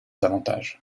avantages